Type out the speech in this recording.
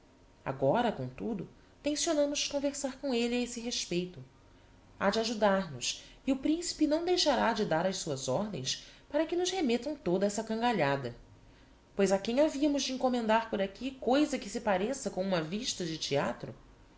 agora comtudo tencionamos conversar com elle a esse respeito ha de ajudar nos e o principe não deixará de dar as suas ordens para que nos remetam toda essa cangalhada pois a quem haviamos de encommendar por aqui coisa que se pareça com uma vista de theatro